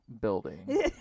building